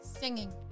singing